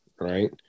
Right